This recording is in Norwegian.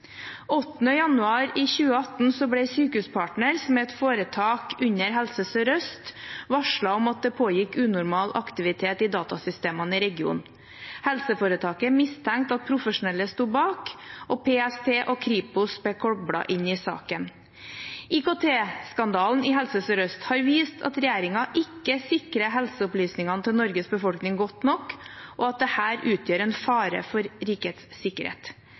8. januar 2018 ble Sykehuspartner, som er et foretak under Helse Sør-Øst, varslet om at det pågikk unormal aktivitet i datasystemene i regionen. Helseforetaket mistenkte at profesjonelle sto bak, og PST og Kripos ble koblet inn i saken. IKT-skandalen i Helse Sør-Øst har vist at regjeringen ikke sikrer helseopplysningene til Norges befolkning godt nok, og at dette utgjør en fare for rikets sikkerhet.